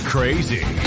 Crazy